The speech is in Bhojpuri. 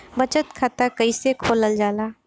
बचत खाता कइसे खोलल जाला?